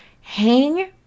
Hang